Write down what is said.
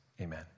amen